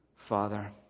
Father